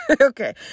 Okay